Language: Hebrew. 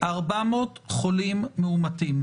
400 חולים מאומתים,